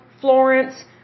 Florence